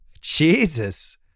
Jesus